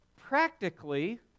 practically